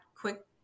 quick